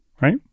Right